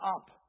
up